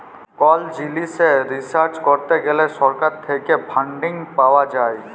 call জিলিসে research করত গ্যালে সরকার থেক্যে ফান্ডিং পাওয়া যায়